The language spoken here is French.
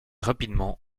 rapidement